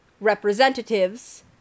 representatives